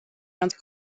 ganz